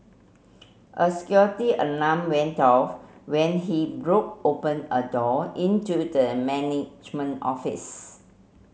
a security alarm went off when he broke open a door into the management office